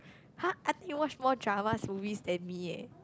!huh! I think you watch more dramas movies than me eh